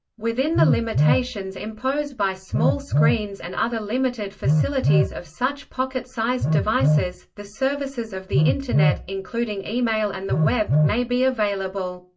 within the limitations imposed by small screens and other limited facilities of such pocket-sized devices, the services of the internet, including email and the web, may be available.